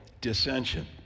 dissension